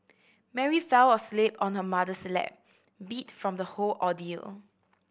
Mary fell asleep on her mother's lap beat from the whole ordeal